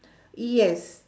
yes